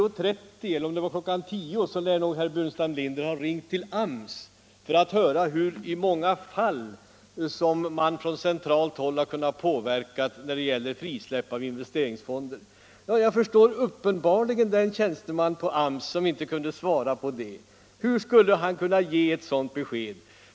Vid 10-tiden i dag lär herr Burenstam Linder ha ringt till AMS för att höra i hur många fall man från centralt håll har påverkat frisläppandet av investeringsfonder. Jag förstår väl den tjänsteman på AMS som inte kunde svara på det. Hur skulle han kunna ge ett sådant besked?